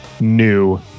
new